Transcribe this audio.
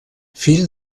fill